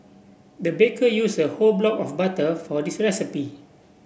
the baker used a whole block of butter for this recipe